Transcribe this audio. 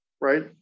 right